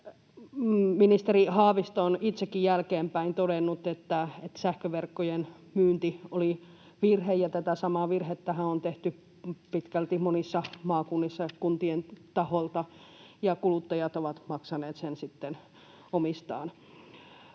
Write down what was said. Ministeri Haavisto on itsekin jälkeenpäin todennut, että sähköverkkojen myynti oli virhe, ja tätä samaa virhettähän on tehty pitkälti monissa maakunnissa ja kuntien taholta, ja kuluttajat ovat maksaneet sen sitten